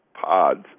pods